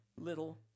little